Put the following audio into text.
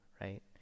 right